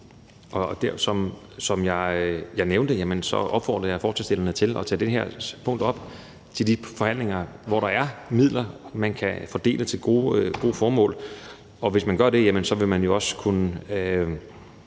viden. Som jeg nævnte, opfordrer jeg forslagsstillerne til at tage det her punkt op ved de forhandlinger, hvor der er midler, man kan fordele til gode formål, og hvis man gør det, vil man også kunne